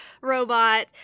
robot